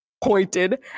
pointed